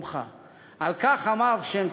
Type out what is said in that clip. על כך אמר שם-טוב: